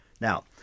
now